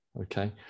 okay